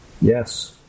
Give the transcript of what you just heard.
Yes